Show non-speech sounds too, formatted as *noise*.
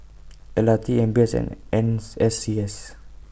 L R T M B S and N *noise* S C S